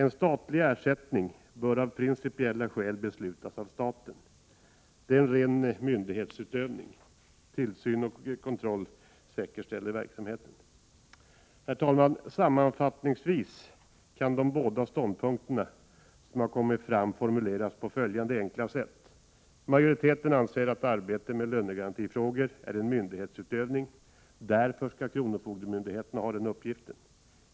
En statlig ersättning bör av principiella skäl beslutas av staten — det är en ren myndighetsutövning. Tillsyn och kontroll kan säkerställa verksamheten. Herr talman! Sammanfattningsvis kan de båda ståndpunkter som har kommit fram formuleras på följande enkla sätt: Majoriteten anser att arbetet med lönegarantifrågor är en myndighetsutövning, och därför skall kronofogdemyndigheten ha den uppgiften.